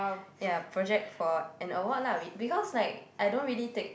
ya project for an award lah be~ because like I don't really take